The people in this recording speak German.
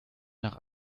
nach